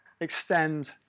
extend